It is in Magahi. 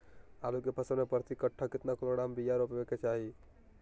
आलू के फसल में प्रति कट्ठा कितना किलोग्राम बिया रोपे के चाहि?